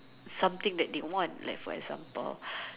something that they want like for example